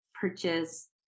purchase